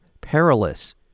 perilous